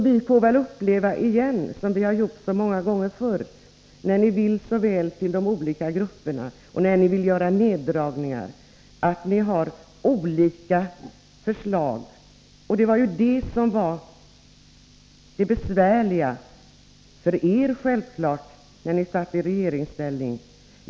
Vi får väl som så många gånger förr uppleva att de borgerliga partierna, när ni vill göra allt så väl för olika grupper och samtidigt göra neddragningar, har olika förslag. Det var det besvärliga för er själva när ni satt i regeringsställning.